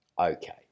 Okay